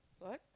what